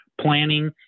planning